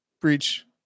breach